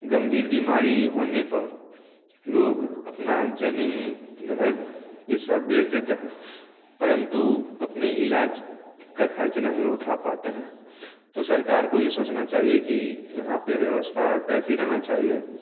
गंभीर बीमारी होने पर लोग अपनी ज़मीन घर ये सब बेच देते हैं परंतु अपने इलाज का ख़र्च नहीं उठा पाते हैं तो सरकार को ये सोचना चाहिए कि यहाँ पर व्यवस्था कैसी रहना चाहिए